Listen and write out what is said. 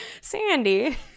Sandy